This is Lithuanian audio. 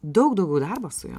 daug daugiau darbo su juo